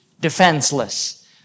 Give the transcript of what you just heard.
defenseless